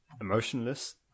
emotionless